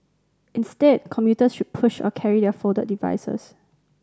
instead commuters should push or carry their folded devices